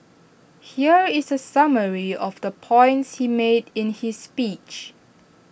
here is A summary of the points he made in his speech